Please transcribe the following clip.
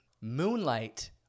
moonlight